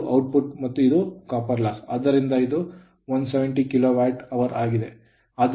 ಆದ್ದರಿಂದ ಇದು 170 kilowatt hour ಗಿದೆ